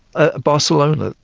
ah barcelona,